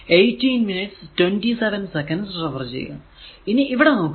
ഇനി ഇവിടെ നോക്കുക